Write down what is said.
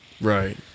Right